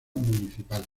municipal